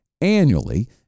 annually